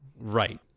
Right